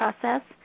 process